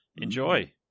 Enjoy